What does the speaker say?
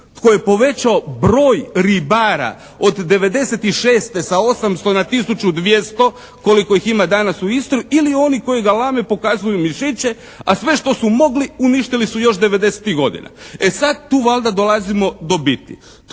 Tko je povećao broj ribara od 1996. sa 800 na 1200 koliko ih ima danas u Istri ili onih koji galame, pokazuju mišiće a sve što su mogli uništili su još devedesetih godina. E sad tu valjda dolazimo do biti.